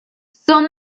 son